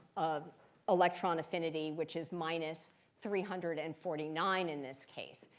um electron affinity, which is minus three hundred and forty nine in this case.